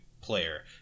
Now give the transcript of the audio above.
player